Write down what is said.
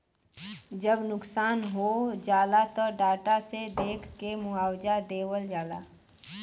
जब नुकसान हो जाला त डाटा से देख के मुआवजा देवल जाला